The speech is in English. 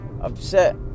upset